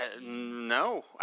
No